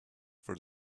for